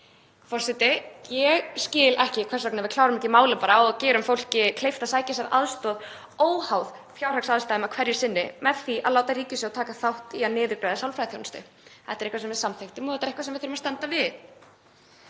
Forseti. Ég skil ekki hvers vegna við klárum ekki málið bara og gerum fólki kleift að sækja sér aðstoð óháð fjárhagsaðstæðum hverju sinni með því að láta ríkissjóð taka þátt í að niðurgreiða sálfræðiþjónustu. Þetta er eitthvað sem við samþykktum og þetta er eitthvað sem þurfum að standa við.